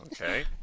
Okay